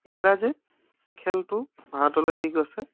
ইংৰাজে এই খেলটো ভাৰতলৈ দি গৈছে